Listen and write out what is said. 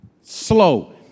Slow